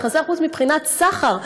יחסי חוץ מבחינת סחר,